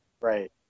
Right